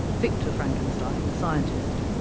victor frankenstein the scientist.